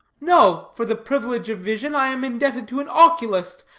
no! for the privilege of vision i am indebted to an oculist,